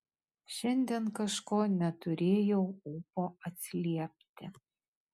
šiandien kažko neturėjau ūpo atsiliepti